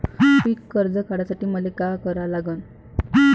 पिक कर्ज काढासाठी मले का करा लागन?